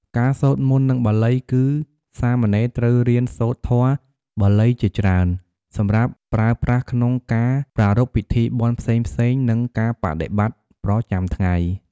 ការសូត្រមន្ត និងបាលី គឺសាមណេរត្រូវរៀនសូត្រធម៌បាលីជាច្រើន សម្រាប់ប្រើប្រាស់ក្នុងការប្រារព្ធពិធីបុណ្យផ្សេងៗ និងការបដិបត្តិប្រចាំថ្ងៃ។